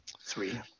three